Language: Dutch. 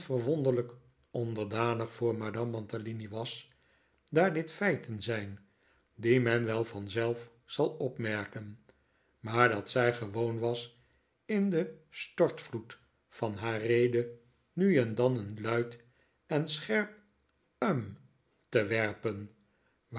verwonderlijk onder danig voor madame mantalini was daar dit feiten zijn die men wel vanzelf zal opmerken maar dat zij gewoon was in den stortvloed van haar rede mi en dan een luid en scherp hm te werpen